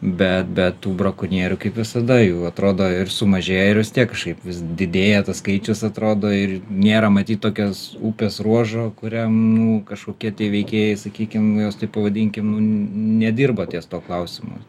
bet bet tų brakonierių kaip visada jau atrodo ir sumažėję ir vis tiek kažkaip vis didėja tas skaičius atrodo ir nėra matyt tokios upės ruožo kuriam nu kažkokie tie veikėjai sakykim juos taip pavadinkim nu nedirba ties tuo klausimu